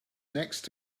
next